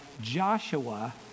Joshua